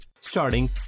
Starting